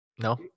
No